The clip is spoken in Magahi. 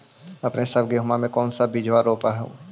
अपने सब गेहुमा के कौन सा बिजबा रोप हू?